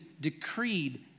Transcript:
decreed